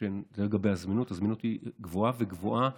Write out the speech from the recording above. הזמינות היא גבוהה, וגבוהה